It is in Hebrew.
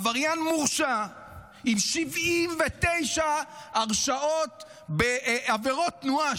עבריין מורשע עם 79 הרשעות בעבירות תנועה,